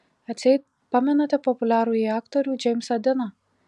atseit pamenate populiarųjį aktorių džeimsą diną